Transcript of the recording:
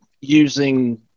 using